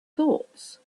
thoughts